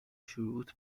شروط